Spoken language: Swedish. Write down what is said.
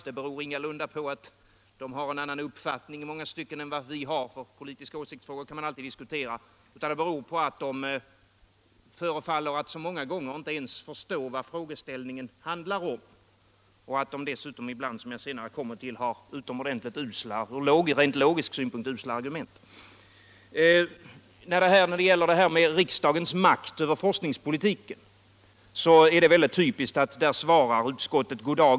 Det beror i många stycken ingalunda på att man där har en annan uppfattning än vi — politiska åsiktsfrågor kan man alltid diskutera — utan på att utskottet ofta inte ens förstått vad frågeställningen gäller och dessutom ibland, vilket jag senare skall återkomma till, anför från rent logisk synpunkt usla argument. När det gäller riksdagens makt över forskningspolitiken svarar utskottet typiskt nog goddag yxskaft.